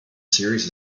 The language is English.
series